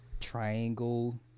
triangle